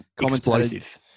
Explosive